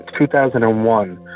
2001